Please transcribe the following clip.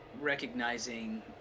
recognizing